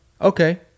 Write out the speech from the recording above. okay